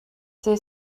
they